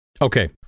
Okay